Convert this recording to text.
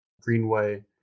Greenway